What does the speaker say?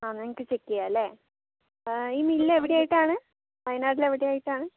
ആ ഞങ്ങൾക്ക് ചെക്ക് ചെയ്യാമല്ലേ ആ ഈ മിൽ എവിടെയായിട്ടാണ് വയനാട്ടിൽ എവിടെയായിട്ടാണ്